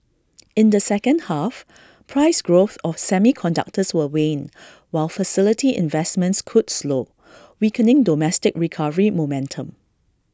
in the second half price growth of semiconductors will wane while facility investments could slow weakening domestic recovery momentum